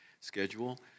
schedule